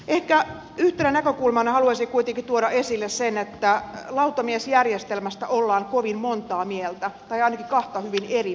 ehkä yhtenä näkökulmana haluaisin kuitenkin tuoda esille sen että lautamiesjärjestelmästä ollaan kovin montaa mieltä tai ainakin kahta hyvin eri mieltä